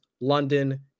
London